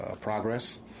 progress